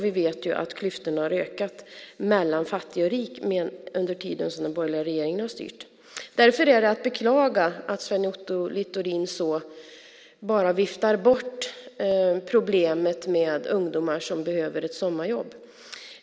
Vi vet ju att klyftorna mellan fattig och rik har ökat under den tid som den borgerliga regeringen har styrt. Därför är det att beklaga att Sven Otto Littorin bara viftar bort problemet med ungdomar som behöver ett sommarjobb.